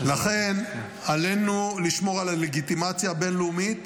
עלינו לשמור על הלגיטימציה הבין-לאומית